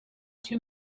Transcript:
too